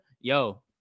Yo